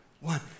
one